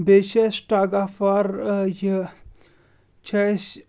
بیٚیہِ چھِ اَسہِ ٹَگ آف وار یہِ چھِ اَسہِ